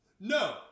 no